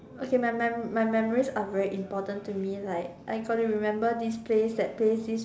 okay my mem~ my memories are very important to me like I got to remember this place that place this